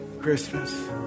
Christmas